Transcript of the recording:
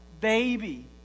baby